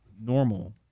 normal